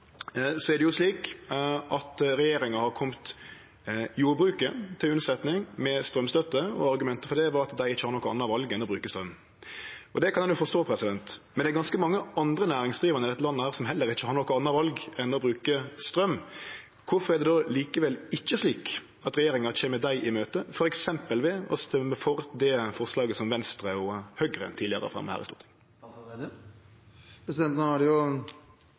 Regjeringa har kome jordbruket til unnsetning med straumstøtte, og argumentet for det var at dei ikkje har noko anna val enn å bruke straum. Det kan ein forstå, men det er ganske mange andre næringsdrivande i dette landet som heller ikkje har noko anna val enn å bruke straum. Kvifor kjem likevel ikkje regjeringa dei i møte, f.eks. ved å stemme for det forslaget som Venstre og Høgre tidlegare har fremja her i